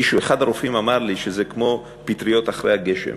אחד הרופאים אמר לי שזה כמו פטריות אחרי הגשם,